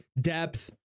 depth